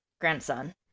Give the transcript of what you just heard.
grandson